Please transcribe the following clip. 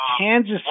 Kansas